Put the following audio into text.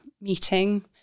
meeting